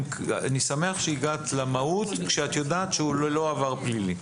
אני שמח שהגעת למהות כשאת יודעת שהוא ללא עבר פלילי.